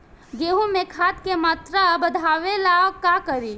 गेहूं में खाद के मात्रा बढ़ावेला का करी?